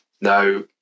Now